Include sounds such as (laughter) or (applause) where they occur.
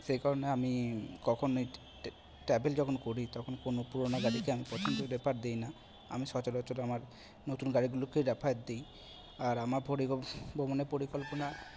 সেই কারণে আমি কখনই ট্যাবেল যখন করি তখন কোনো পুরনো গাড়িকে আমি কখনই রেফার দিই না আমি সচরাচর আমার নতুন গাড়িগুলোকেই রেফার দিই আর আমার পরি (unintelligible) পরিকল্পনা